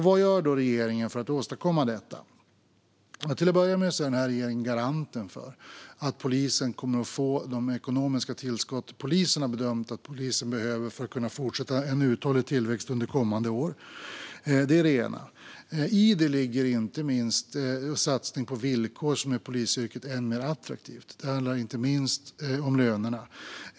Vad gör då regeringen för att åstadkomma detta? Till att börja med är denna regering garanten för att polisen kommer att få de ekonomiska tillskott som polisen har bedömt att man behöver för att kunna ha en uthållig tillväxt under kommande år. I detta ligger inte minst satsning på villkor som gör polisyrket än mer attraktivt. Det handlar inte minst om lönerna.